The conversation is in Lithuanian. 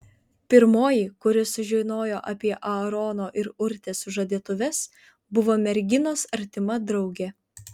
pirmoji kuri sužinojo apie aarono ir urtės sužadėtuves buvo merginos artima draugė